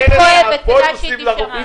כפי שאמרת.